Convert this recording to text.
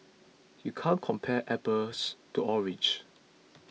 you can't compare apples to oranges